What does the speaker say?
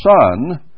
Son